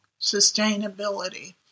sustainability